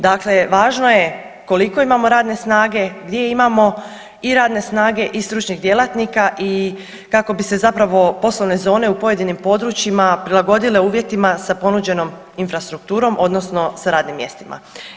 Dakle, važno je koliko imamo radne snage, gdje imamo i radne snage i stručnih djelatnika i kako bi se zapravo poslovne zone u pojedinim područjima prilagodile uvjetima sa ponuđenom infrastrukturom odnosno sa radnim mjestima.